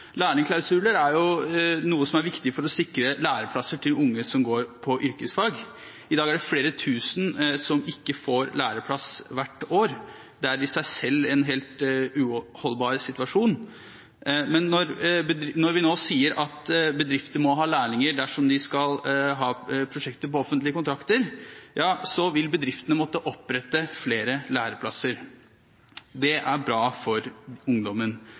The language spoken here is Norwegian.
lærlingklausuler er et annet. Lærlingklausuler er noe som er viktig for å sikre læreplasser til unge som går på yrkesfag. I dag er det flere tusen som ikke får læreplass hvert år. Det er i seg selv en helt uholdbar situasjon, men når vi nå sier at bedrifter må ha lærlinger dersom de skal ha prosjekter på offentlige kontrakter, vil bedriftene måtte opprette flere læreplasser. Det er bra for ungdommen.